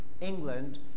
England